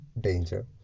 danger